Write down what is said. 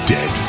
Dead